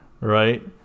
right